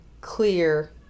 clear